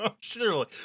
Surely